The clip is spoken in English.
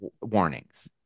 warnings